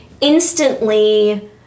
instantly